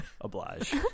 oblige